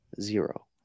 zero